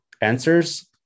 answers